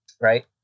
Right